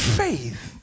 faith